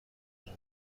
قبله